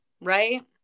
right